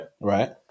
right